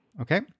Okay